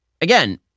again